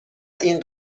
این